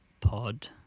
pod